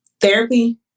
therapy